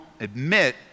admit